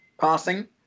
passing